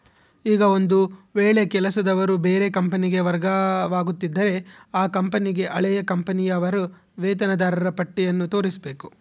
ಈಗ ಒಂದು ವೇಳೆ ಕೆಲಸದವರು ಬೇರೆ ಕಂಪನಿಗೆ ವರ್ಗವಾಗುತ್ತಿದ್ದರೆ ಆ ಕಂಪನಿಗೆ ಹಳೆಯ ಕಂಪನಿಯ ಅವರ ವೇತನದಾರರ ಪಟ್ಟಿಯನ್ನು ತೋರಿಸಬೇಕು